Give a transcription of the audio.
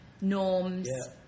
norms